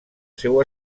seu